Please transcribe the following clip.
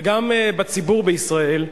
וגם בציבור בישראל,